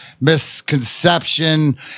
misconception